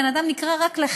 בן אדם רק נקרא לחקירה,